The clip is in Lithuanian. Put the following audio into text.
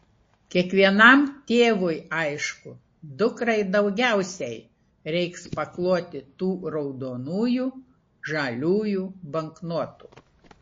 kiekvienam tėvui aišku dukrai daugiausiai reiks pakloti tų raudonųjų žaliųjų banknotų